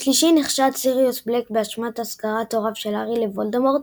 בשלישי נחשד סיריוס בלק באשמת הסגרת הוריו של הארי לוולדמורט,